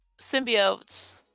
symbiotes